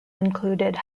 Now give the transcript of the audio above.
included